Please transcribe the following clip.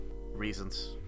reasons